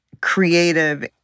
creative